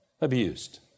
abused